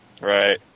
Right